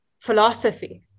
philosophy